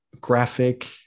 graphic